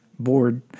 bored